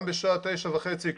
גם בשעה תשע וחצי,